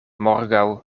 morgaŭ